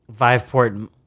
Viveport